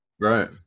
right